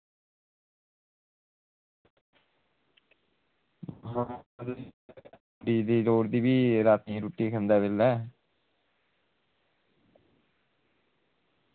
बिजली लोड़दी ही रातीं रुट्टी खंदे बेल्लै